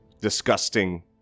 disgusting